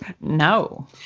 No